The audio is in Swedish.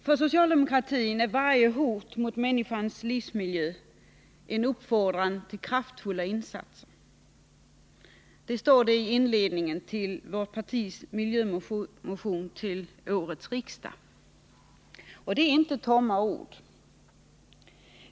För socialdemokratin är varje hot mot människans livsmiljö en uppfordran till kraftfulla insatser, står det i partiets miljömotion till årets riksdag. Det är inte tomma ord.